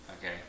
Okay